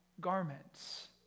garments